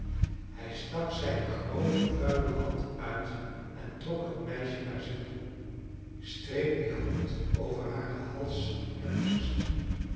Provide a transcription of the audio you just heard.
hij stak zijne grove vuile hand uit en trok het meisje naar zich toe streek die hand over haren hals en borst